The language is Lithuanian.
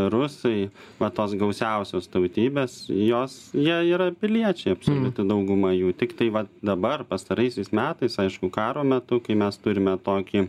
rusai va tos gausiausios tautybės jos jie yra piliečiai absoliuti dauguma jų tiktai va dabar pastaraisiais metais aišku karo metu kai mes turime tokį